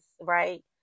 right